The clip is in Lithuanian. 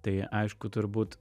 tai aišku turbūt